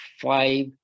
five